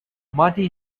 marty